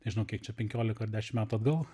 nežinau kiek čia penkiolika ar dešim metų atgal